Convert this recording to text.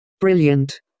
Brilliant